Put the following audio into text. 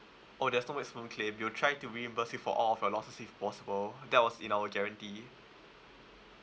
oh there's no maximum claim we will try to reimburse you for all of your losses if possible that was in our guarantee